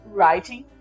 writing